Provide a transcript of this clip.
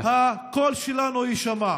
הקול שלנו יישמע.